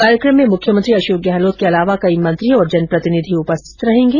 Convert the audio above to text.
कार्यक्रम में मुख्यमंत्री अशोक गहलोत के अलावा कई मंत्री और जनप्रतिनिधि उपस्थित रहेगें